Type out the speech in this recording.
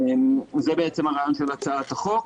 זה הרעיון של הצעת החוק.